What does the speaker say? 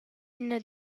ina